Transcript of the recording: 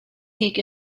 peak